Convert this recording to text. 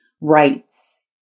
rights